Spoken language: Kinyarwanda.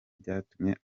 byatumye